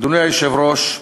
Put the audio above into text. אדוני היושב-ראש,